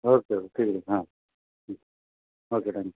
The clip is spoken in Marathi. ओक्के ओके ठीक आहे ठीक हां ठीक आहे ओके थँक् यू